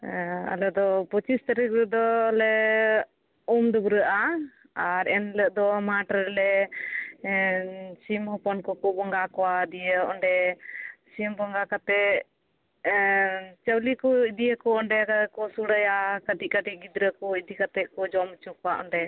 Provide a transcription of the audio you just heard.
ᱟᱞᱮ ᱫᱚ ᱯᱚᱸᱪᱤᱥ ᱛᱟᱹᱨᱤᱠ ᱨᱮᱫᱚ ᱞᱮ ᱩᱢ ᱰᱟᱹᱵᱽᱨᱟᱹᱜᱼᱟ ᱟᱨ ᱮᱱ ᱦᱤᱞᱳᱜ ᱫᱚ ᱢᱟᱴᱷ ᱨᱮᱞᱮ ᱥᱤᱢ ᱦᱚᱯᱚᱱ ᱠᱚᱠᱚ ᱵᱚᱸᱜᱟ ᱠᱚᱣᱟ ᱫᱤᱭᱮ ᱚᱸᱰᱮ ᱥᱤᱢ ᱵᱚᱸᱜᱟ ᱠᱟᱛᱮᱫ ᱚᱸᱰᱮ ᱪᱟᱣᱞᱮ ᱠᱚ ᱤᱫᱤᱭᱟᱠᱚ ᱚᱸᱰᱮ ᱜᱮᱠᱚ ᱥᱚᱲᱮᱭᱟ ᱠᱟᱹᱴᱤᱡ ᱠᱟᱹᱴᱤᱡ ᱜᱤᱫᱽᱨᱟᱹ ᱠᱚ ᱤᱫᱤ ᱠᱟᱛᱮᱫ ᱠᱚ ᱡᱚᱢ ᱦᱚᱪᱚ ᱠᱚᱣᱟ ᱚᱸᱰᱮ